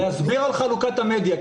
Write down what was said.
להסביר על חלוקת המדיה.